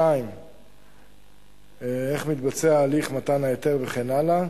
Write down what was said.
2. איך מתבצע הליך מתן ההיתר, וכן הלאה: